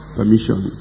permission